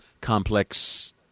complex